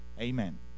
Amen